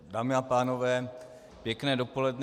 Dámy a pánové, pěkné dopoledne.